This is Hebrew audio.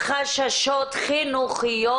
חששות חינוכיות,